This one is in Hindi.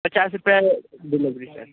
पचास रुपये डिलेवरी चार्ज